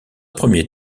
premier